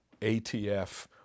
ATF